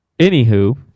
Anywho